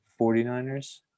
49ers